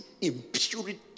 impurity